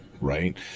right